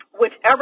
whichever